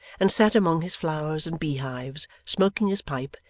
and sat among his flowers and beehives, smoking his pipe,